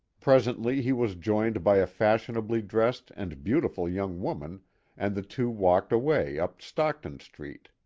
presently he was joined by a fashionably dressed and beautiful young woman and the two walked away up stockton street,